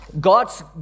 God's